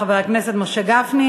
חבר הכנסת משה גפני.